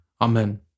Amen